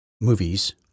movies